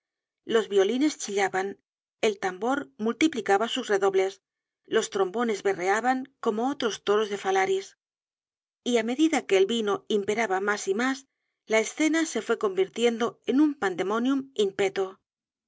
los violines chillaban el tambor multiplicaba sus redobles los trombones berreaban como otros toros de fálaris y á medida que el vino imperaba más y más la escena se fué convirtiendo en u n